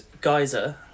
geyser